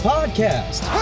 Podcast